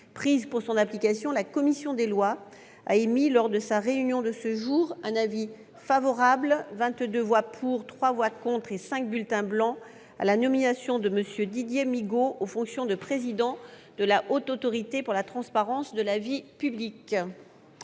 prises pour son application, la commission des lois a émis, lors de sa réunion de ce jour, un avis favorable- 22 voix pour, 3 voix contre et 5 bulletins blancs -à la nomination de M. Didier Migaud aux fonctions de président de la Haute Autorité pour la transparence de la vie publique.